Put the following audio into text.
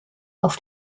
auf